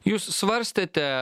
jūs svarstėte